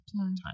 time